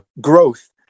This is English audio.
growth